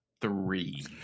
three